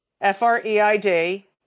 F-R-E-I-D